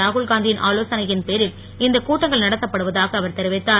ராகுல்காந்தி யின் ஆலோசனையின் பேரில் இந்த கூட்டங்கள் நடத்தப்படுவதாக அவர் தெரிவித்தார்